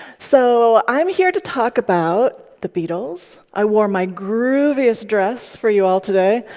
so i am here to talk about the beatles. i wore my grooviest dress for you all today.